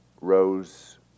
rose